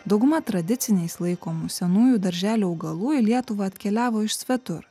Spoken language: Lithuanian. dauguma tradiciniais laikomų senųjų darželio augalų į lietuvą atkeliavo iš svetur